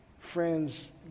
Friends